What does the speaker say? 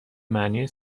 معنی